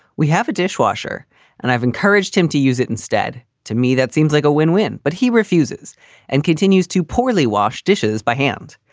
we have a dishwasher and i've encouraged him to use it instead. to me, that seems like a win win, but he refuses and continues to poorly wash dishes by hand.